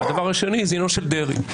והדבר השני זה עניינו של דרעי.